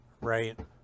Right